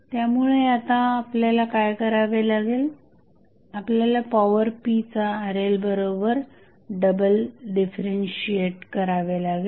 त्यामुळे आता आपल्याला काय करावे लागेल आपल्याला पॉवर p चा RLबरोबर डबल डिफरन्शिएट करावे लागेल